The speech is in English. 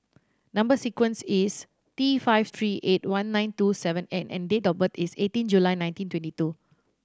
number sequence is T five three eight one nine two seven N and date of birth is eighteen July nineteen twenty two